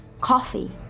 coffee